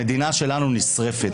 המדינה שלנו נשרפת.